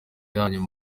yanyu